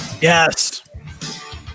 Yes